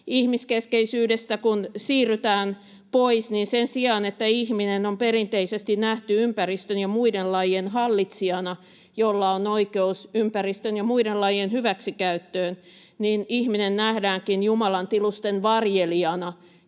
ihmiskeskeisyydestä kun siirrytään pois, niin sen sijaan, että ihminen on perinteisesti nähty ympäristön ja muiden lajien hallitsijana, jolla on oikeus ympäristön ja muiden lajien hyväksikäyttöön, ihminen nähdäänkin Jumalan tilusten varjelijana,